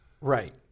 Right